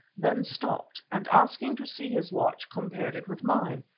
then stopped, and asking to see his watch, compared it with mine.